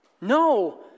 No